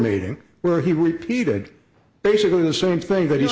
meeting where he repeated basically the same thing that he